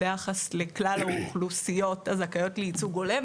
ביחס לכלל האוכלוסיות הזכאיות לייצוג הולם,